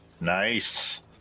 Nice